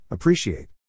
Appreciate